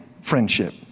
friendship